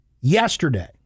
Yesterday